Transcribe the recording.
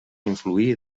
influir